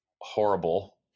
horrible